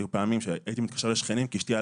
היו פעמים שהייתי מתקשר לשכנים כי אשתי על